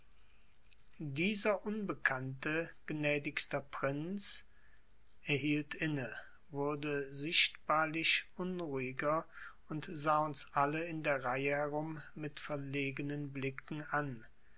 dieser unbekannte gnädigster prinz er hielt inne wurde sichtbarlich unruhiger und sah uns alle in der reihe herum mit verlegenen blicken an